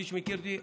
מי שמכיר אותי,